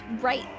right